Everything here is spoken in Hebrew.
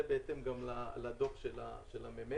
זה בהתאם לדוח הממ"מ.